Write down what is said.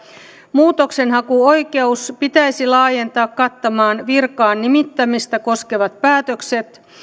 muutoksenhakuoikeus pitäisi laajentaa kattamaan virkaan nimittämistä koskevat päätökset